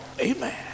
Amen